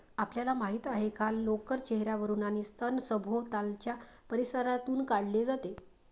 आपल्याला माहित आहे का लोकर चेहर्यावरून आणि स्तन सभोवतालच्या परिसरातून काढले जाते